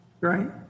Right